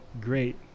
great